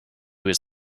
was